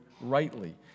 rightly